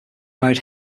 married